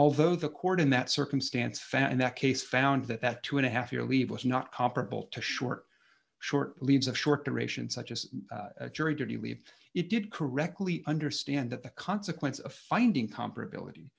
although the court in that circumstance found that case found that that two and a half year leave was not comparable to short short leaves of short duration such as jury duty leave it did correctly understand that the consequence of finding comparability